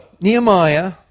Nehemiah